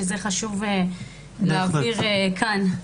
שזה חשוב להבהיר כאן.